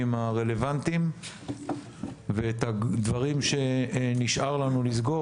הרלוונטיים ואת הדברים שנשאר לנו לסגור,